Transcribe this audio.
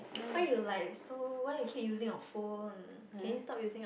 why you like so why you keep using your phone can you stop using your